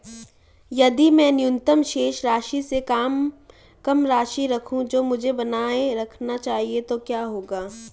यदि मैं न्यूनतम शेष राशि से कम राशि रखूं जो मुझे बनाए रखना चाहिए तो क्या होगा?